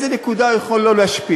באיזו נקודה הוא יכול לא להשפיע.